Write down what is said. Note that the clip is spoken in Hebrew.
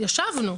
ישבנו.